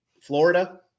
Florida